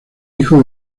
hijo